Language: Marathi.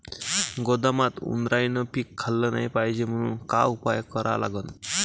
गोदामात उंदरायनं पीक खाल्लं नाही पायजे म्हनून का उपाय करा लागन?